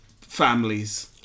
families